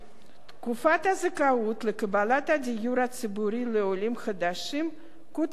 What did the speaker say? תקופת הזכאות לקבלת הדיור הציבורי לעולים חדשים קוצרה.